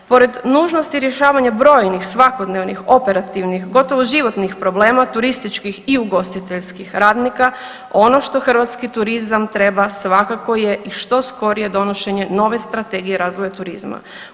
Pored nužnosti rješavanja brojnih, svakodnevnih operativnih gotovo životnih problema turističkih i ugostiteljskih radnika ono što hrvatski turizam treba svakako je i što skorije donošenje nove strategije razvoja turizma.